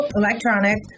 electronic